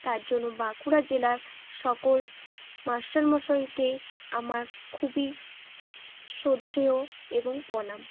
তাজ্জন্য বাঁকুড়া জেলার সকল মাস্টারমশাইকে আমার খুবই শ্রদ্ধেয় এবং প্রণাম